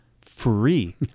free